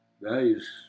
values